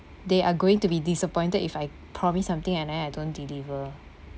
they are going to be disappointed if I promise something and then I don't deliver